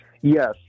Yes